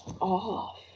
off